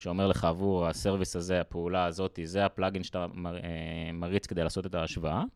שאומר לך אבו, הסרוויס הזה, הפעולה הזאת, זה הפלאגין שאתה מריץ כדי לעשות את ההשוואה.